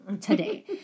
today